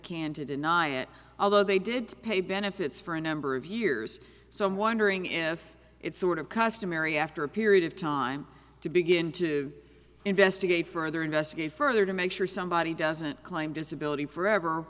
can to deny it although they did pay benefits for a number of years so i'm wondering if it's sort of customary after a period of time to begin to investigate further investigate further to make sure somebody doesn't claim disability forever